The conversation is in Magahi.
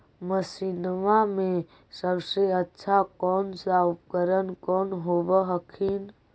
मसिनमा मे सबसे अच्छा कौन सा उपकरण कौन होब हखिन?